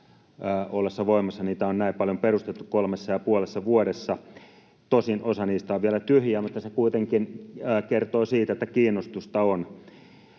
ollessa voimassa niitä on näin paljon perustettu kolmessa ja puolessa vuodessa. Tosin osa niistä on vielä tyhjiä, mutta se kuitenkin kertoo siitä, että kiinnostusta on.